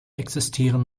existieren